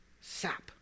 sap